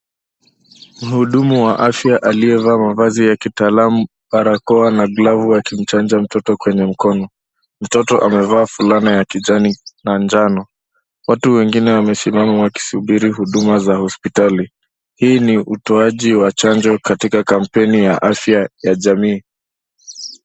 Mhudumu wa afya aliyevaa mavazi ya kitaalamu, barakoa na glavu akimchanja mtoto kwenye mkono. Mtoto amevaa fulana ya kijani, na njano. Watu wengine wamesimama wakisubiri huduma za hospitali. Hii ni utoaji wa chanjo katika kampeni ya afya ya jamii.